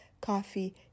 coffee